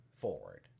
forward